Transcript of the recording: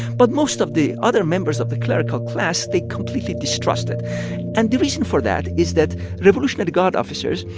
but most of the other members of the clerical class they completely distrusted and the reason for that is that revolutionary guard officers,